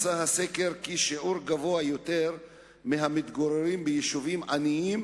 נמצא בסקר כי שיעור גבוה יותר מהמתגוררים ביישובים עניים